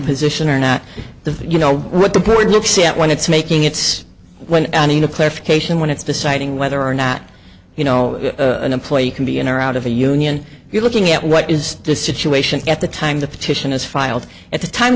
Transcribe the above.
position or not the you know what the court looks at when it's making its when i mean a clarification when it's deciding whether or not you know an employee can be in or out of a union you're looking at what is the situation at the time the petition is filed at the time